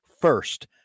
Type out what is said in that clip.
First